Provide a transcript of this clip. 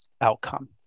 outcome